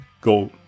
go